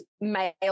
male